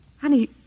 Honey